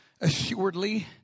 assuredly